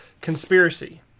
Conspiracy